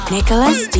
Nicholas